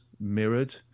mirrored